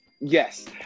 Yes